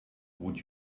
would